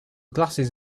glasses